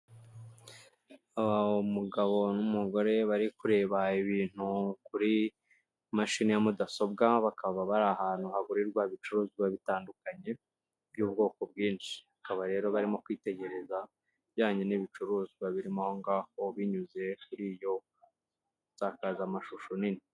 Umugabo n'umugore bari kureba ibintu kuri mashini ya mudasobwa, bakaba bari ahantu hagurirwa ibicuruzwa bitandukanye by'ubwoko bwinshi, bakaba rero barimo kwitegereza ibijyanye n'ibicuruzwa birimo aho ngaho binyuze kuri iyo nsakazamashusho nini.